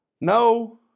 no